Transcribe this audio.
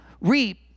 reap